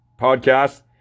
podcast